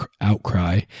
outcry